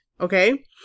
Okay